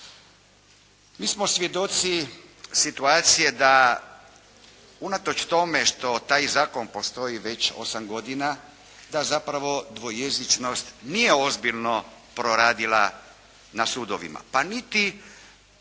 Mi smo svjedoci situacije da unatoč tome što taj zakon postoji već osam godina, da zapravo dvojezičnost nije ozbiljno proradila na sudovima